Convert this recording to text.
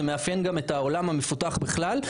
זה מאפיין גם את העולם המפותח בכלל,